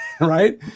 right